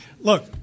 Look